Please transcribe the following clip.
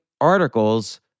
articles